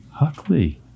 Huckley